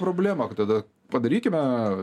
problemą tada padarykime